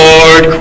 Lord